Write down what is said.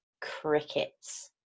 crickets